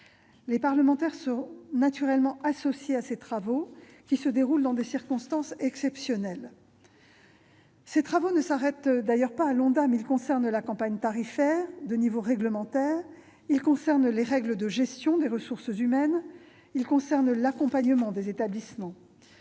Les parlementaires seront naturellement associés à ces travaux, qui se déroulent dans des circonstances exceptionnelles. Ces travaux ne s'arrêtent d'ailleurs pas à l'Ondam : ils concernent la campagne tarifaire, de niveau réglementaire, les règles de gestion des ressources humaines, ou encore l'accompagnement des établissements.